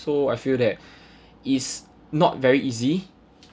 so I feel that is not very easy